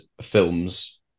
films